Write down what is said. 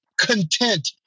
content